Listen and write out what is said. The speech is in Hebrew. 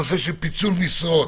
פיצול משרות,